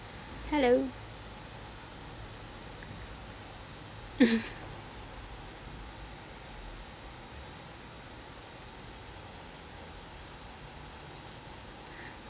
hello